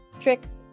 tricks